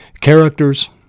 Characters